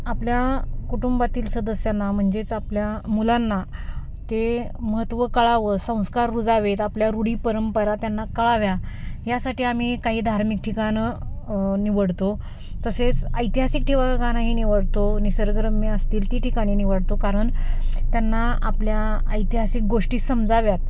आपल्या कुटुंबातील सदस्यांना म्हणजेच आपल्या मुलांना ते महत्त्व कळावं संस्कार रुजावेत आपल्या रूढी परंपरा त्यांना कळाव्यात यासाठी आम्ही काही धार्मिक ठिकाणं निवडतो तसेच ऐतिहासिक ठेवा गाणंही निवडतो निसर्गरम्य असतील ती ठिकाणे निवडतो कारण त्यांना आपल्या ऐतिहासिक गोष्टी समजाव्यात